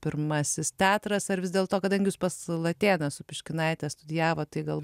pirmasis teatras ar vis dėlto kadangi jūs pas latėną su piškinaite studijavot tai gal